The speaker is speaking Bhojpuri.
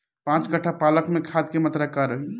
पाँच कट्ठा पालक में खाद के मात्रा का रही?